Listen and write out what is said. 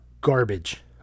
garbage